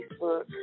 Facebook